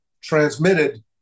transmitted